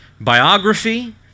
biography